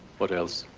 what else?